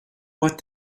what